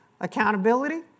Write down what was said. Accountability